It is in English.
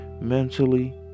mentally